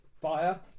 Fire